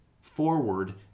forward